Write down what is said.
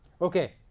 Okay